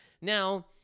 now